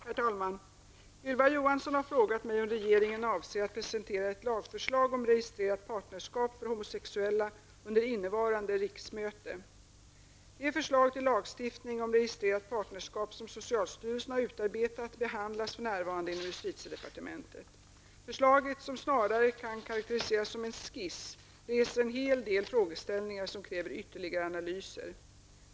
Herr talman! Ylva Johansson har frågat mig om regeringen avser att presentera ett lagförslag om registrerat partnerskap för homosexuella under innevarande riksmöte. Det förslag till lagstiftning om registrerat partnerskap som socialstyrelsen har utarbetat behandlas för närvarande inom justitiedepartementet. Förslaget, som snarare kan karakteriseras som en skiss, reser en hel del frågeställningar som kräver ytterligare analyser.